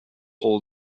all